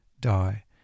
die